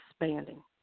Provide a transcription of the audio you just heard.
expanding